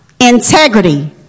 integrity